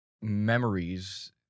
memories